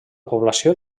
població